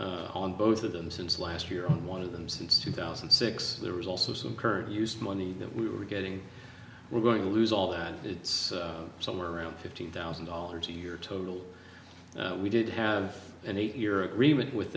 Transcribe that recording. place on both of them since last year on one of them since two thousand and six there was also some current use money that we were getting we're going to lose all and it's somewhere around fifteen thousand dollars a year total we did have an eight year agreement with